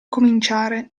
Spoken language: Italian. cominciare